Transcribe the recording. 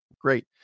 great